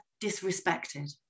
disrespected